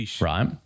right